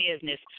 business